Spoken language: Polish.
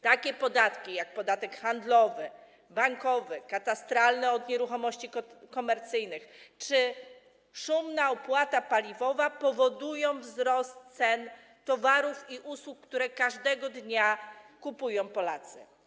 Takie podatki, jak: handlowy, bankowy, katastralny od nieruchomości komercyjnych, czy szumna opłata paliwowa powodują wzrost cen towarów i usług, które każdego dnia kupują Polacy.